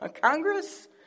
Congress